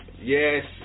Yes